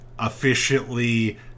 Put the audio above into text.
efficiently